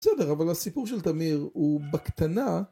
בסדר, אבל הסיפור של תמיר הוא בקטנה...